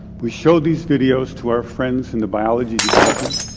we showed these videos to our friends in the biology department.